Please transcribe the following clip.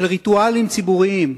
של ריטואלים ציבוריים,